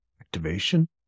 activation